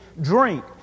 drink